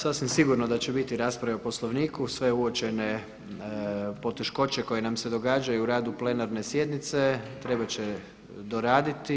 Sasvim sigurno da će biti rasprave o Poslovniku, sve uočene poteškoće koje nam se događaju u radu plenarne sjednice trebat će doraditi.